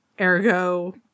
Ergo